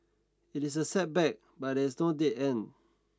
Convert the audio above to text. it is a setback but there is no dead end